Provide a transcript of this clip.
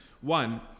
One